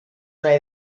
una